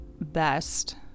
best